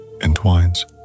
entwines